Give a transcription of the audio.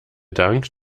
dank